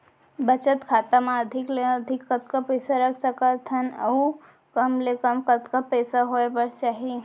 बचत खाता मा अधिक ले अधिक कतका पइसा रख सकथन अऊ कम ले कम कतका पइसा होय बर चाही?